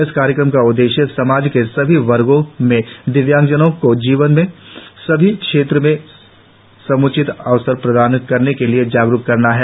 इस कार्यक्रम का उद्देश्य समाज के सभी वर्गो मे दिव्यांगजनों को जीवन के सभी क्षेत्रों में सम्चित अवसर प्रदान करने के लिए जागरुक करना है